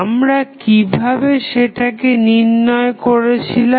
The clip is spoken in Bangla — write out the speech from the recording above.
আমরা কিভাবে সেটাকে নির্ণয় করেছিলাম